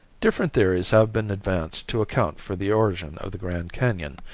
different theories have been advanced to account for the origin of the grand canon,